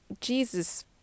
Jesus